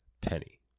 penny